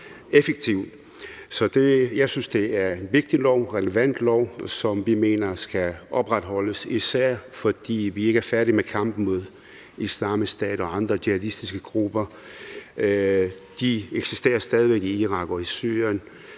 Så jeg synes, det er en vigtig lov, en relevant lov, som vi mener skal opretholdes, især fordi vi ikke er færdig med kampen mod Islamisk Stat og andre jihadistiske grupper. De eksisterer stadig væk i Irak og i Syrien,